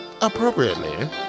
appropriately